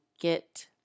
get